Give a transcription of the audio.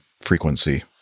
frequency